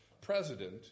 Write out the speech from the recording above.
president